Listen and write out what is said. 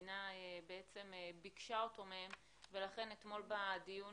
שהמדינה ביקשה מהם ולכן אתמול בדיון,